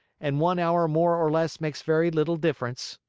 and one hour more or less makes very little difference.